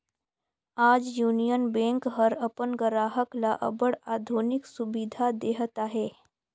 आज Union Bank हर अपन गराहक ल अब्बड़ आधुनिक सुबिधा देहत अहे